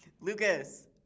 Lucas